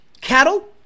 Cattle